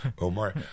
Omar